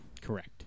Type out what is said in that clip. Correct